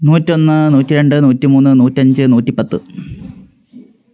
നൂറ്റി ഒന്ന് നൂറ്റി രണ്ട് നൂറ്റി മൂന്ന് നൂറ്റി അഞ്ച് നൂറ്റി പത്ത്